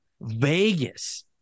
Vegas